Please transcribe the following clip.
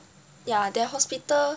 yeah their hospital